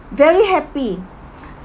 very happy